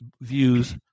views